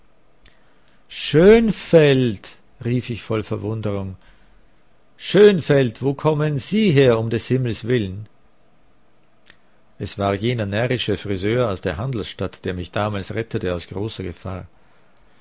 schönfeld rief ich voll verwunderung schönfeld wie kommen sie her um des himmels willen es war jener närrische friseur aus der handelsstadt der mich damals rettete aus großer gefahr